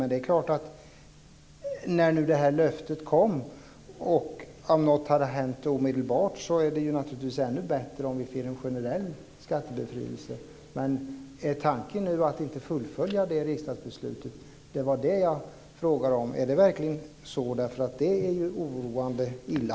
Men om löftet hade uppfyllts omedelbart hade det naturligtvis varit ännu bättre med en generell befrielse. Men är tanken verkligen att inte fullfölja det riksdagsbeslutet? Det var det som jag frågade om. I så fall är det oroande och illa.